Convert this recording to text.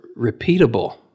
repeatable